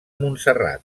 montserrat